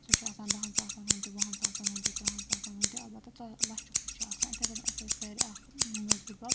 سُہ چھُ آسان دَہَن ساسَن ہُنٛد تہِ وُہَن ساسَن ہُنٛد تہِ تٕرٛہَن ساسَن ہُنٛد تہِ البتہ ژۄ لَچھُک تہِ چھُ آسان یِتھٔے پٲٹھۍ اسہِ اوس گھرِ اکھ مےٚ اوس بٕڈۍ بَب